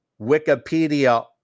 Wikipedia